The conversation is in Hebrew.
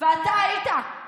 אתה היית,